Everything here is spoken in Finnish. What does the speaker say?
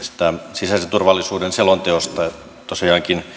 sisäisen turvallisuuden selonteosta se tosiaankin